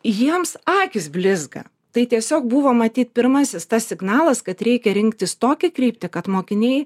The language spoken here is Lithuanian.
jiems akys blizga tai tiesiog buvo matyt pirmasis signalas kad reikia rinktis tokią kryptį kad mokiniai